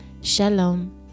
shalom